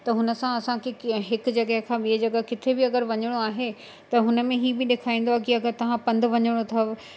त हुन सां असांखे कीअं हिकु जॻहि खां ॿिए जॻहि किथे बि अगरि वञिणो आहे त हुन में हीउ बि ॾेखाईंदो आहे की अगरि तव्हां पंधु वञिणो अथव